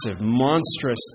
monstrous